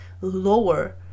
lower